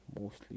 mostly